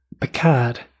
Picard